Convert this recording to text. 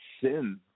sin